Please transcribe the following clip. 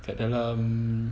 kat dalam